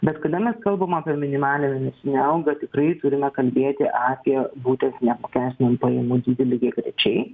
bet kada mes kalbam apie minimalią mėnesinę algą tikrai turime kalbėti apie būtent neapmokestinamų pajamų dydį lygiagrečiai